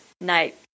night